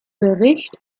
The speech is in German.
gericht